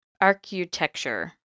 Architecture